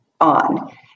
on